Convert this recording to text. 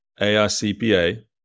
AICPA